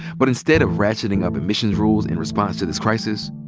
but instead of ratcheting up emissions rules in response to this crisis,